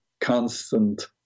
constant